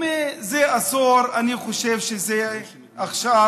זה עשור אני חושב שזה עכשיו